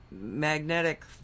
magnetic